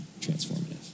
transformative